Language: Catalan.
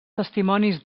testimonis